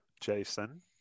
jason